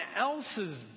else's